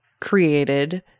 created